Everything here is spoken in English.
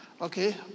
okay